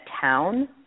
town